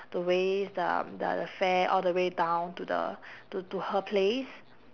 to waste the um the the fair all the way down to the to to her place